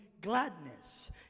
gladness